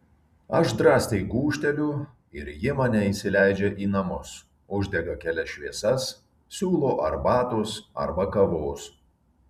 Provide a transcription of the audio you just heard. aš drąsiai gūžteliu ir ji mane įsileidžia į namus uždega kelias šviesas siūlo arbatos arba kavos